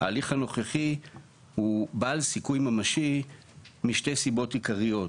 ההליך הנוכחי הוא בעל סיכוי ממשי משתי סיבות עיקריות.